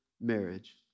marriage